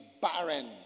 barren